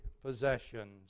possessions